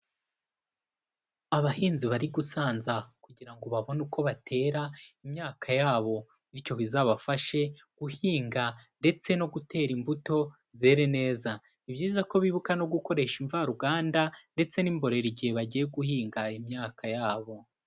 Abahinzi bari gusanza kugira ngo babone uko batera imyaka yabo, bityo bizabafashe guhinga ndetse no gutera imbuto zere neza, ni byiza ko bibuka no gukoresha imvaruganda ndetse n'imborera igihe bagiye guhinga imyaka yabo.